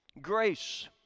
Grace